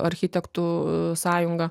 architektų sąjunga